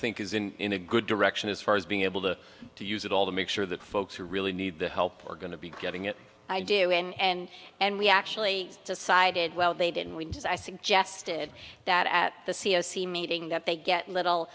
think is in a good direction as far as being able to to use it all to make sure that folks who really need the help are going to be getting it i do and and we actually decided well they didn't we just i suggested that at the c s e meeting that they get little